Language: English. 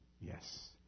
Yes